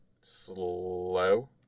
slow